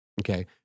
okay